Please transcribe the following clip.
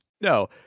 No